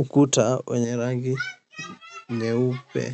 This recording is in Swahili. Ukuta wenye rangi nyeupe